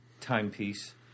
timepiece